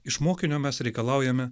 iš mokinio mes reikalaujame